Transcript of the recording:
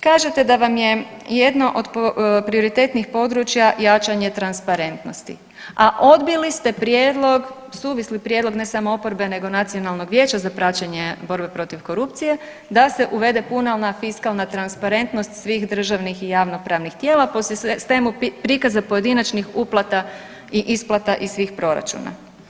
Kažete da vam je jedno od prioritetnih područja jačanje transparentnosti, a odbili ste suvisli prijedlog ne samo oporbe nego Nacionalnog vijeća za praćenje borbe protiv korupcije da se uvede puna fiskalna transparentnost svih državnih i javnopravnih tijela po sistemu prikaza pojedinačnih uplata i isplata iz svih proračuna.